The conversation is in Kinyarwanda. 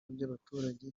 by’abaturage